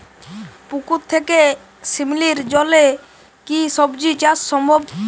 পুকুর থেকে শিমলির জলে কি সবজি চাষ সম্ভব?